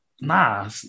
nah